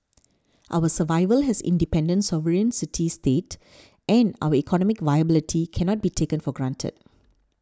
our survival has independent sovereign city state and our economic viability cannot be taken for granted